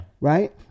Right